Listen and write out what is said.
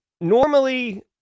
Normally